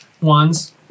ones